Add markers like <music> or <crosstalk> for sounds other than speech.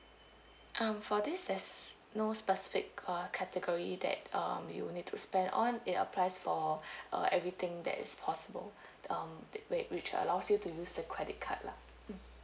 um for this there's no specific uh category that um you'll need to spend on it applies for <breath> uh everything that is possible <breath> that um that whi~ which allows you to use the credit card lah mm